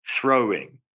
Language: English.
throwing